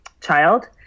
child